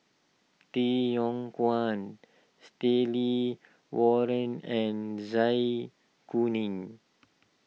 Tay Yong Kwang Stanley Warren and Zai Kuning